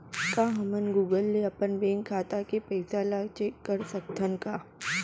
का हमन गूगल ले अपन बैंक खाता के पइसा ला चेक कर सकथन का?